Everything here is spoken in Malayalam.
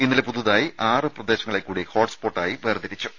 ഇന്നലെ പുതുതായി ആറു പ്രദേശങ്ങളെ കൂടി ഹോട്ട്സ്പോട്ടായി വേർതിരിച്ചു